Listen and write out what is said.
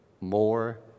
more